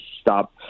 stop –